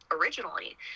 originally